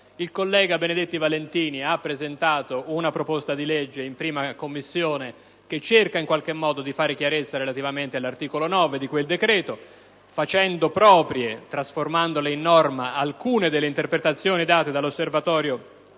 Il collega Benedetti Valentini ha presentato una proposta di legge in Commissione affari costituzionali che cerca in qualche modo di fare chiarezza in merito all'articolo 9 di quel decreto, facendo proprie e trasformandole in norma alcune delle interpretazioni date dall'Osservatorio